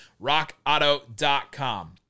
Rockauto.com